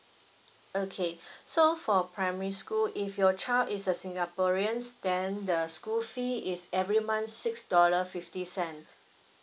okay so for primary school if your child is a singaporeans then the school fee is every month six dollar fifty cent